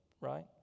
right